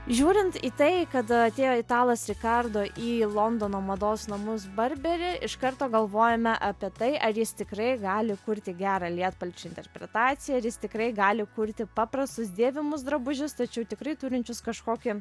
žiūrint į tai kada atėjo italas rikardo į londono mados namus barberi iš karto galvojame apie tai ar jis tikrai gali kurti gerą lietpalčių interpretaciją ar jis tikrai gali kurti paprastus dėvimus drabužius tačiau tikrai turinčius kažkokį